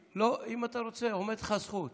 לא, אם אתה רוצה, עומדת לך הזכות.